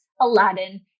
Aladdin